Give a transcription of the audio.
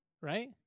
Right